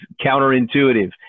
counterintuitive